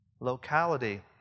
Locality